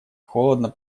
холодно